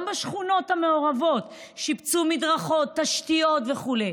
גם בשכונות המעורבות שיפצו מדרכות, תשתיות וכו'.